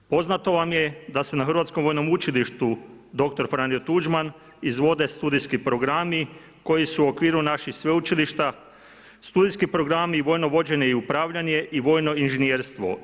Poznato vam je da se na Hrvatskom vojnom učilištu dr. Franjo Tuđman izvode studijski programi koji su u okviru naših sveučilišta, studijski programi, vojno vođenje i upravljanje i vojno inženjerstvo.